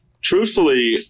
Truthfully